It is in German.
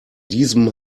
diesem